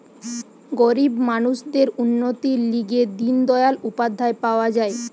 গরিব মানুষদের উন্নতির লিগে দিন দয়াল উপাধ্যায় পাওয়া যায়